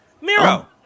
miro